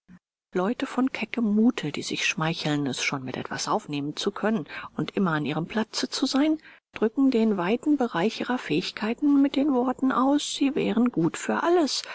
leute von keckem mute die sich schmeicheln es schon mit etwas aufnehmen zu können und immer an ihrem platze zu sein drücken den weiten bereich ihrer fähigkeiten mit den worten aus sie wären gut für alles